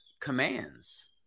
commands